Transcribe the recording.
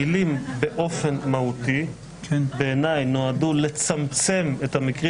המילים "באופן מהותי" בעיניי נועדו לצמצם את המקרים